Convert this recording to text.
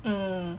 hmm